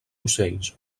ocells